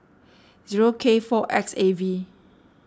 zero K four X A V